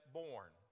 born